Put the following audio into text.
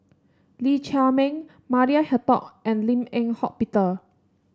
Lee Chiaw Meng Maria Hertogh and Lim Eng Hock Peter